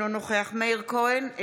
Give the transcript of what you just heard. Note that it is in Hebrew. אינו נוכח מאיר כהן,